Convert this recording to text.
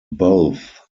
both